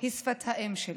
היא שפת האם שלי.